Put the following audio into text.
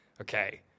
Okay